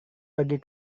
pergi